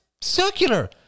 circular